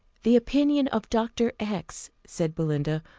the opinion of dr. x, said belinda,